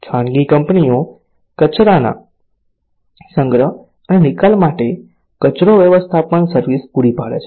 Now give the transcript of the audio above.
ખાનગી કંપનીઓ કચરાના સંગ્રહ અને નિકાલ માટે કચરો વ્યવસ્થાપન સર્વિસ પૂરી પાડે છે